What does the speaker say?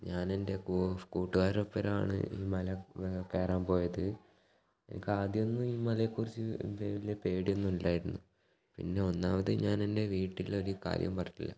ഞാൻ എൻ്റെ കൂട്ടുകാരോടൊപ്പമാണ് ഈ മലകയറാൻ പോയത് എനിക്ക് ആദ്യമൊന്നും ഈ മലയെക്കുറിച്ച് വലിയ പേടിയൊന്നും ഇല്ലായിരുന്നു പിന്നെ ഒന്നാമത് ഞാൻ എൻ്റെ വീട്ടിലൊരു കാര്യം പറഞ്ഞിട്ടില്ല